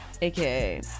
AKA